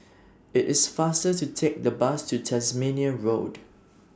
IT IS faster to Take The Bus to Tasmania Road